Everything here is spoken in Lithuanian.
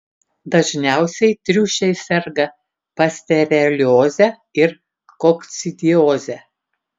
dažniausiai triušiai serga pasterelioze ir kokcidioze